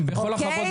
אוקי?